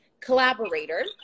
collaborator